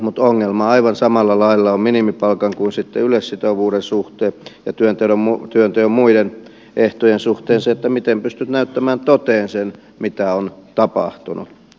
mutta ongelma aivan samalla lailla on minimipalkan kuin sitten yleissitovuuden suhteen ja työnteon muiden ehtojen suhteen se että miten pystyt näyttämään toteen sen mitä on tapahtunut